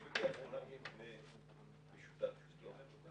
יש בכלל מבנה משותף שאין לו מקלט?